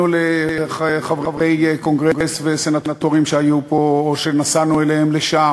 אפילו רוב חברי הממשלה היו חתומים על הפנייה